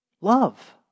love